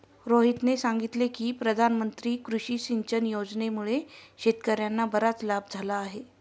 रोहितने सांगितले की प्रधानमंत्री कृषी सिंचन योजनेमुळे शेतकर्यांना बराच लाभ झाला आहे